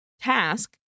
task